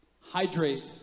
Hydrate